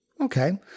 Okay